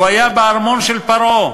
הוא היה בארמון של פרעה,